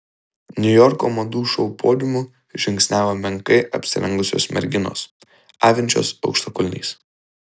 niujorko madų šou podiumu žingsniavo menkai apsirengusios merginos avinčios aukštakulniais